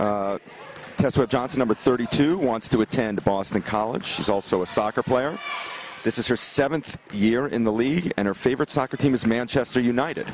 that's what johnson number thirty two wants to attend boston college she's also a soccer player this is her seventh year in the league and her favorite soccer team is manchester united